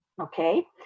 Okay